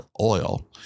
oil